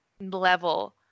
level